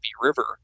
river